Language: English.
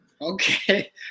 okay